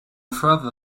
further